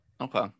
Okay